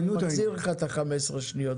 אני מחזיר לך את 15 השניות,